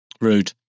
Rude